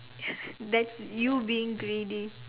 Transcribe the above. that's you being greedy